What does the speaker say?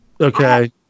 Okay